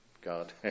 God